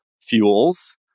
fuels